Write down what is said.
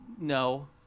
no